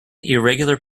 irregular